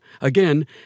Again